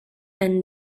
and